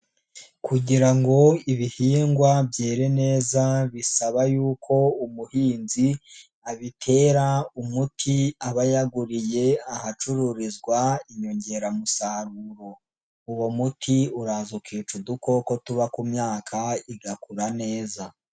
Kugira ngo ibihingwa byere neza bisaba yuko umuhinzi abitera umuti aba yaguriye ahacururizwa inyongeramusaruro, uwo muti uraza ukica udukoko tuba ku myaka igakura neza.